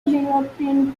european